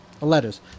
Letters